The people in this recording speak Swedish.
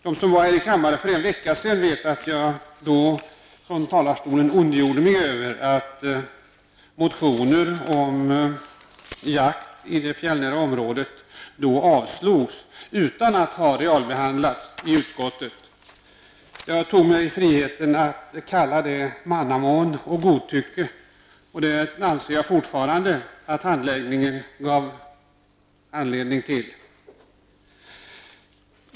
De som var här i kammaren för en vecka sedan vet att jag då från talarstolen ondgjorde mig över att motioner om jakt i det fjällnära området avstyrktes utan att ha realbehandlats i utskottet. Jag tog mig friheten att kalla detta för mannamån och godtycke, och det anser jag fortfarande att handläggningen gav anledning till.